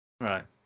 Right